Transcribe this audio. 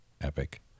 epic